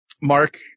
Mark